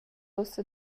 ussa